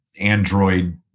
Android